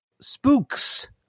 Spooks